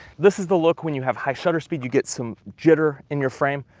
this is the look when you have high shutter speed, you get some jitter in your frame.